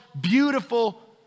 beautiful